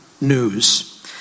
news